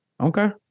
Okay